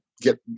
get